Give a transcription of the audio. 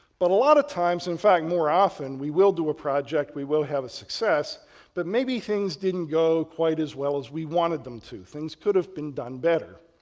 but a lot of times, in fact more often, we will do a project. we will have a success but maybe things didn't go quite as well as we wanted them too. things could have been done better.